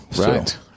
Right